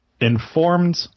informed